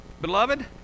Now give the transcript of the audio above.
Beloved